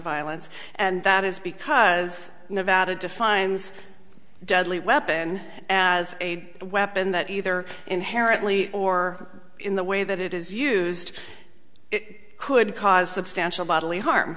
violence and that is because nevada defines deadly weapon as a weapon that either inherently or in the way that it is used could cause substantial bodily harm